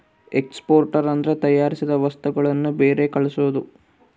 export ಅಂದ್ರೆ ತಯಾರಿಸಿದ ವಸ್ತುಗಳನ್ನು ಬೇರೆ ಕಳ್ಸೋದು